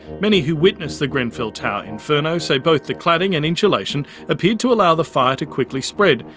many who witnessed the grenfell tower inferno say both the cladding and insulation appeared to allow the fire to quickly spread,